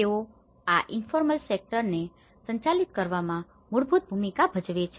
તેઓ આ ઇન્ફોર્મલ સેક્ટરને informal sector અનૌપચારિક ક્ષેત્ર સંચાલિત કરવામાં મૂળભૂત ભૂમિકા ભજવે છે